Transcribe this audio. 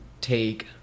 take